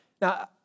Now